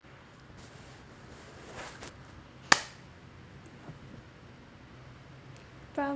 prompt